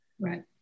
Right